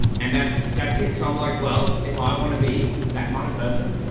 and that's, that's it. so i'm like, well, if i want to be that kind of person,